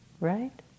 right